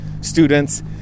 students